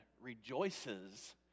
rejoices